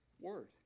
word